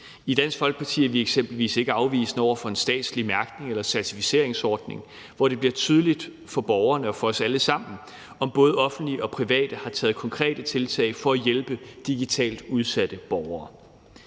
I Dansk Folkeparti er vi eksempelvis ikke afvisende over for en statslig mærknings- eller certificeringsordning, hvor det bliver tydeligt for borgerne og for os alle sammen, om både offentlige og private har taget konkrete tiltag for at hjælpe digitalt udsatte borgere.